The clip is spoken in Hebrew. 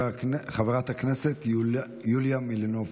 חברת הכנסת יוליה מלינובסקי.